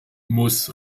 muss